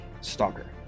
stalker